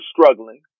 struggling